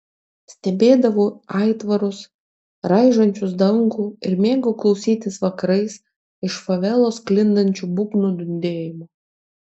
stebėdavau aitvarus raižančius dangų ir mėgau klausytis vakarais iš favelos sklindančių būgnų dundėjimo